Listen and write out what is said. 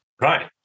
Right